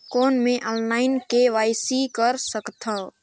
कौन मैं online KYC कर सकथव?